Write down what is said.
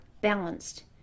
balanced